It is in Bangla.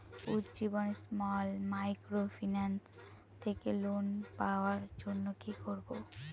উজ্জীবন স্মল মাইক্রোফিন্যান্স থেকে লোন পাওয়ার জন্য কি করব?